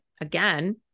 again